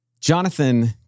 Jonathan